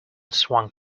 swung